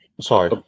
Sorry